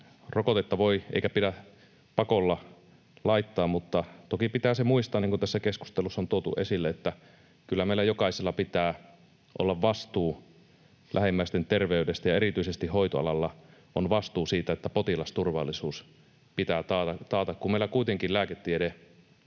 rokotetta voi eikä pidä pakolla laittaa, mutta toki pitää se muistaa, niin kuin tässä keskustelussa on tuotu esille, että kyllä meillä jokaisella pitää olla vastuu lähimmäisten terveydestä. Erityisesti hoitoalalla on vastuu siitä, että potilasturvallisuus pitää taata, kun meillä kuitenkin lääketiede